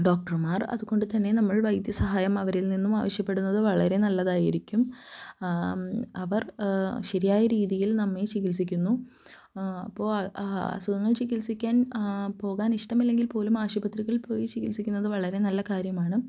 ഡോക്ടര്മാര് അതുകൊണ്ട് തന്നെ നമ്മള് വൈദ്യസഹായം അവരില് നിന്നും ആവശ്യപ്പെടുന്നത് വളരെ നല്ലതായിരിക്കും അവര് ശരിയായ രീതിയില് നമ്മെ ചികിത്സിക്കുന്നു അപ്പോള് അസുഖങ്ങള് ചികിത്സിക്കാന് പോകാന് ഇഷ്ടമില്ലെങ്കില് പോലും ആശുപത്രികളില് പോയി ചികിത്സിക്കുന്നത് വളരെ നല്ല കാര്യമാണ്